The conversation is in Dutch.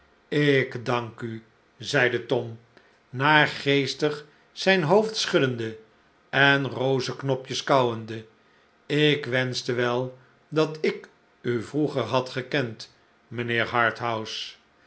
ik dank u zeide tom naargeestig zijn hoofd schuddende en rozeknopjes kauwende ik wenschte wel dat ik u vroeger had gekend